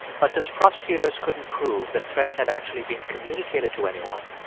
but since prosecutors couldn't prove the threat had actually been communicated to anyone,